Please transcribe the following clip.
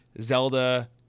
Zelda